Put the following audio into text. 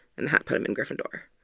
and the hat put him in gryffindor.